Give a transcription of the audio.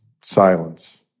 silence